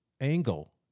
angle